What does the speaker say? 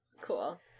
Cool